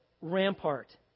rampart